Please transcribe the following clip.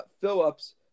Phillips